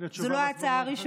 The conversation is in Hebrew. זה תשובה והצבעה במועד אחר.